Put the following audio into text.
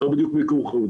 זה לא בדיוק מיקור חוץ.